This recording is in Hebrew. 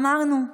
אמרנו,